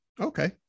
okay